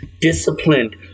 disciplined